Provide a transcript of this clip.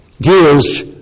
deals